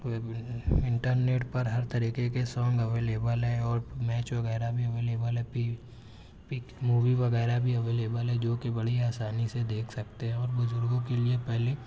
کوٮٔی internet پر ہر طریقے کے سونگ ایویلبل ہیں اور میچ وغیرہ میں ایویلبل ہے مووی وغیرہ بھی ایویلبل ہے جو کہ بڑی آسانی سے دیکھ سکتے ہیں اور بزرگوں کے لیے پہلے